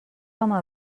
home